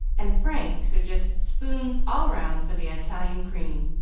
and frank suggested spoons all round for the italian cream.